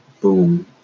boom